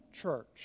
church